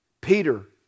Peter